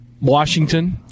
Washington